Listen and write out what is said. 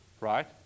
right